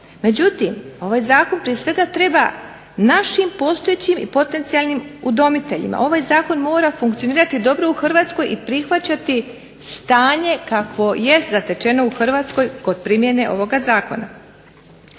Međutim, ovaj Zakon možda treba našim postojećim i potencijalnim udomiteljima, ovaj Zakon mora funkcionirati dobro u Hrvatskoj i prihvaćati stanje kakvo jest zatečeno u Hrvatskoj kod primjene ovoga Zakona.